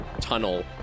tunnel